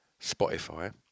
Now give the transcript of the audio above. Spotify